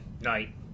night